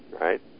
right